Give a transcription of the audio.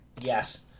Yes